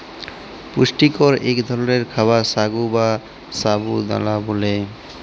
পুষ্টিকর ইক ধরলের খাবার সাগু বা সাবু দালা ব্যালে